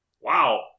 Wow